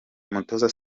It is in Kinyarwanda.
umutoza